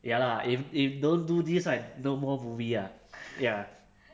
ya lah if if don't do this right no more movie ah ya